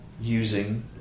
using